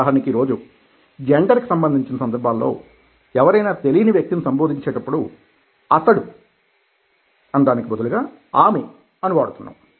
ఉదాహరణకి ఈరోజు జెండర్ కి సంబంధించిన సందర్భాలలో ఎవరైనా తెలియని వ్యక్తిని సంబోధించేటప్పుడు అతడు కి బదులుగా ఆమె అని వాడుతున్నాం